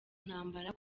ntambara